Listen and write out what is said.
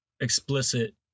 explicit